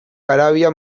garabia